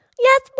Yes